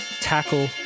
tackle